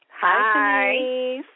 Hi